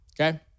okay